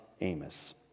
Amos